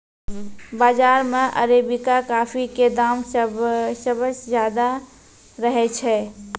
बाजार मॅ arabica coffee के दाम सबसॅ ज्यादा रहै छै